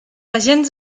agents